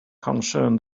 concerned